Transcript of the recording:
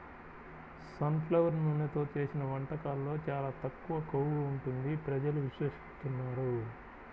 sun flower నూనెతో చేసిన వంటకాల్లో చాలా తక్కువ కొవ్వు ఉంటుంది ప్రజలు విశ్వసిస్తున్నారు